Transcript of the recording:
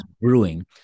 brewing